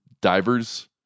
divers